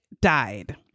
died